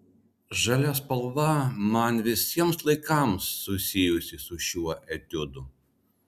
žalia spalva man visiems laikams susijusi su šiuo etiudu